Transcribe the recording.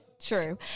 True